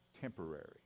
temporary